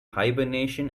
hibernation